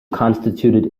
constituted